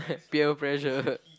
peer pressure